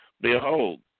behold